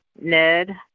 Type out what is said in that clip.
Ned